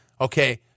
Okay